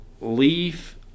leaf